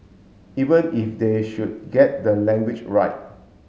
even if they should get the language right